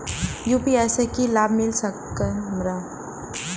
UPI से की लाभ मिल सकत हमरा?